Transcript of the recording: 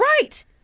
right